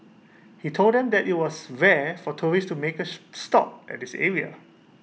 he told them that IT was rare for tourists to make A stop at this area